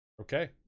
Okay